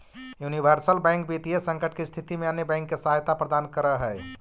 universal bank वित्तीय संकट के स्थिति में अन्य बैंक के सहायता प्रदान करऽ हइ